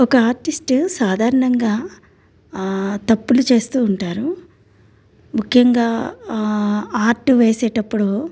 ఒక ఆర్టిస్టు సాధారణంగా తప్పులు చేస్తూ ఉంటారు ముఖ్యంగా ఆర్ట్ వేసేటప్పుడు